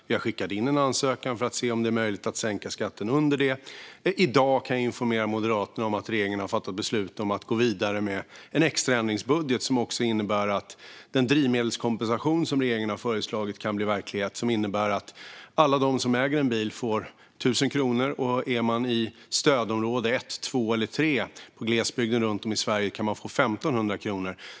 Vi har också skickat in en ansökan till EU för att se om det är möjligt att sänka skatten ännu mer. Jag kan i dag informera Moderaterna om att regeringen har fattat beslut om att gå vidare med en extra ändringsbudget som innebär att den drivmedelskompensation som regeringen har föreslagit kan bli verklighet. Det innebär att alla de som äger en bil får 1 000 kronor, och bor man i stödområde 1, 2 eller 3 i glesbygden runt om i Sverige kan man få 1 500 kronor.